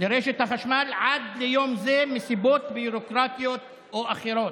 החשמל עד ליום זה מסיבות ביורוקרטיות או אחרות,